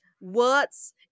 words